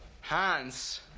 Hans